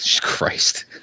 Christ